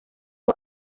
aho